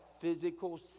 physical